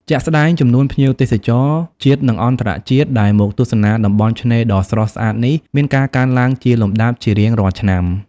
ជាក់ស្តែង ចំនួនភ្ញៀវទេសចរជាតិ និងអន្តរជាតិដែលមកទស្សនាតំបន់ឆ្នេរដ៏ស្រស់ស្អាតនេះ មានការកើនឡើងជាលំដាប់ ជារៀងរាល់ឆ្នាំ។